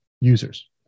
users